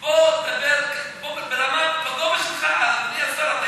בוא, דבר ברמה, בגובה שלך, אדוני השר.